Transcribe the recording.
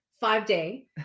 five-day